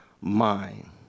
mind